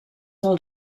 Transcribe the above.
del